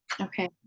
okay